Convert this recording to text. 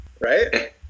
right